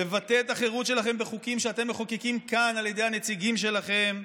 לבטא את החירות שלכם בחוקים שאתם מחוקקים כאן על ידי הנציגים שלכם.